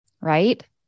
right